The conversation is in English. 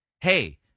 Hey